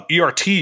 ERT